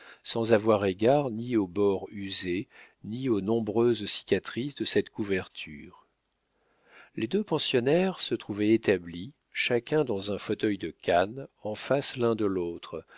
sans avoir égard ni aux bords usés ni aux nombreuses cicatrices de cette couverture les deux pensionnaires se trouvaient établis chacun dans un fauteuil de canne en face l'un de l'autre